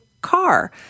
car